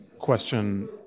question